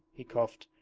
he coughed,